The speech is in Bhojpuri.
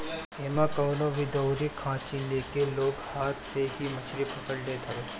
एमे कवनो भी दउरी खाची लेके लोग हाथ से ही मछरी पकड़ लेत हवे